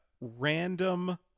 random